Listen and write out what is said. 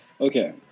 Okay